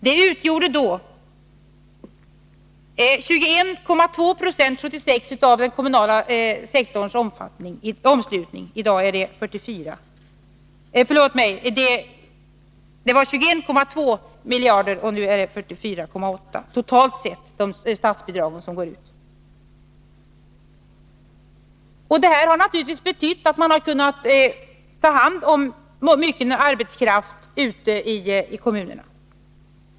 Här uppgår i dag statsbidragen totalt sett till 44,8 miljarder kronor, medan siffran för år 1976 var 21,2 miljarder kronor. Detta har naturligtvis betytt att man har kunnat ta hand om mycken arbetskraft ute i kommunerna.